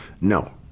No